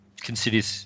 consider